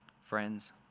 friends